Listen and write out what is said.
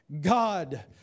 God